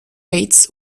rates